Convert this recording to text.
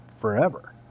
forever